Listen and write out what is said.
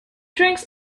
drinks